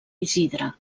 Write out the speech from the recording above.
isidre